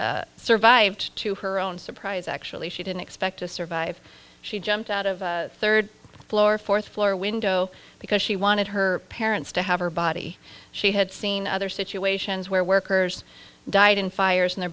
d survived to her own surprise actually she didn't expect to survive she jumped out of third floor fourth floor window because she wanted her parents to have her body she had seen other situations where workers died in fires and their